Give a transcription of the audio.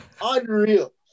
Unreal